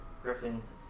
Griffin's